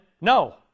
no